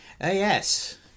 Yes